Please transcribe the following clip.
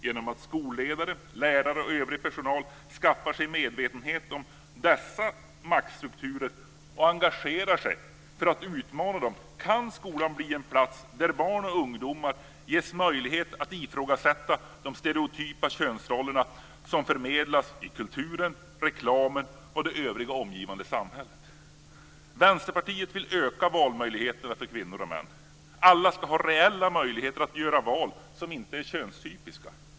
Genom att skolledare, lärare och övrig personal skaffar sig medvetenhet om dessa maktstrukturer och engagerar sig för att utmana dem kan skolan bli en plats där barn och ungdomar ges möjlighet att ifrågasätta de stereotypa könsroller som förmedlas i kulturen, reklamen och det övriga omgivande samhället. Vänsterpartiet vill öka valmöjligheterna för kvinnor och män. Alla ska ha reella möjligheter att göra val som inte är könstypiska.